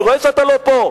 אני רואה שאתה לא פה,